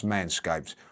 Manscaped